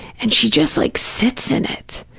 and she just like sits in it.